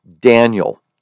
Daniel